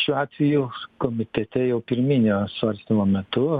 šiuo atveju komitete jau pirminio svarstymo metu